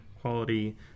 quality